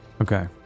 Okay